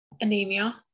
anemia